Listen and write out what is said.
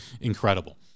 incredible